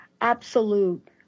absolute